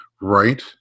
right